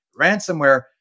ransomware